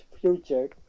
future